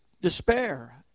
despair